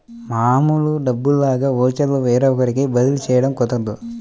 మామూలు డబ్బుల్లాగా ఓచర్లు వేరొకరికి బదిలీ చేయడం కుదరదు